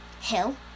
Hill